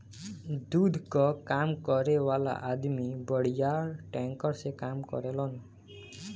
दूध कअ काम करे वाला अदमी बड़ियार टैंकर से काम करेलन